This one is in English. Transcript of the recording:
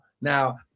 now